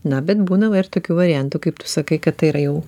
na bet būna va ir tokių variantų kaip tu sakai kad tai yra jau